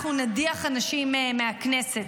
אנחנו נדיח אנשים מהכנסת,